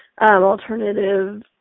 alternative